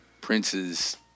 Prince's